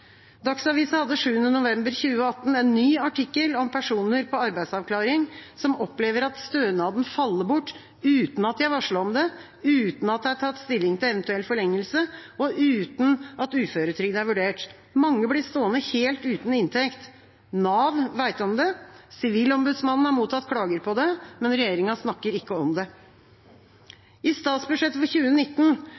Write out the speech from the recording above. Dagsavisen hadde 7. november 2018 en ny artikkel om personer på arbeidsavklaring som opplever at stønaden faller bort uten at de er varslet om det, uten at det er tatt stilling til eventuell forlengelse, og uten at uføretrygd er vurdert. Mange blir stående helt uten inntekt. Nav vet om det, Sivilombudsmannen har mottatt klager på det. Men regjeringa snakker ikke om det.